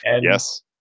Yes